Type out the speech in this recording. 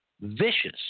vicious